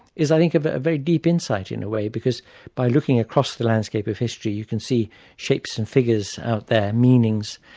is i think ah a very deep insight in a way, because by looking across the landscape of history you can see shapes and figures out there, meanings,